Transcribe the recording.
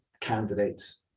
candidates